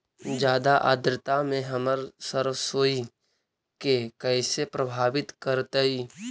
जादा आद्रता में हमर सरसोईय के कैसे प्रभावित करतई?